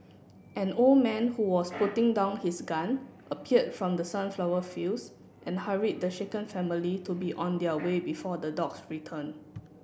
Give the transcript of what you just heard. an old man who was putting down his gun appeared from the sunflower fields and hurried the shaken family to be on their way before the dogs return